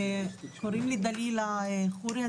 קוראים לי דלילה חורי,